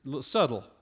subtle